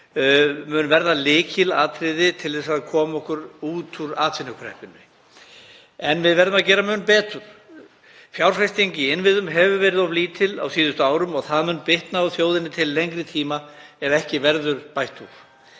mun verða lykilatriði til að koma okkur út úr atvinnukreppunni. En við verðum að gera mun betur. Fjárfesting í innviðum hefur verið of lítil á síðustu árum og það mun bitna á þjóðinni til lengri tíma ef ekki verður bætt úr.